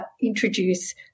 introduce